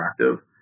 attractive